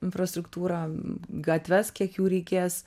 infrastruktūrą gatves kiek jų reikės